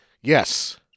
Yes